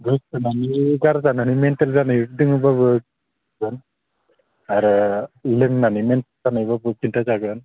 गोसो थोनानै गारजानानै मेन्टेल जानाय दङबाबो जायो आरो लोंनानै मेन्टेल जानायबाबो खिन्थाजागोन